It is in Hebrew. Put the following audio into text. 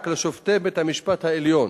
רק לשופטי בית-המשפט העליון